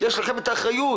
יש לכם את האחריות,